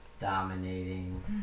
dominating